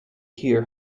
hear